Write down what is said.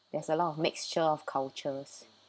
there's a lot of mixture of cultures